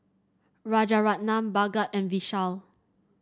Rajaratnam Bhagat and Vishal